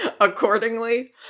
accordingly